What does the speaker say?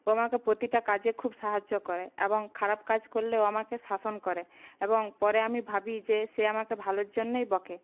ও আমাকে প্রতিটা কাজে খুব সাহায্য করে এবং খারাপ কাজ করলে ও আমাকে শাসন করে এবং পরে আমি ভাবি যে সে আমাকে ভালোর জন্যই বকে